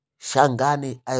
Shangani